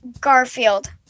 Garfield